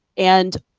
and